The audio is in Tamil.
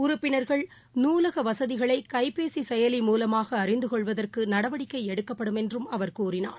உறுப்பினர்கள் நூலகவசதிகளைகைபேசிசெயலி மூலமாகஅறிந்துகொள்வதற்குநடவடிக்கைஎடுக்கப்படும் என்றும் அவர் கூறினார்